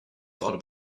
thought